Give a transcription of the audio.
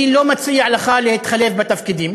אני לא מציע לך להתחלף בתפקידים.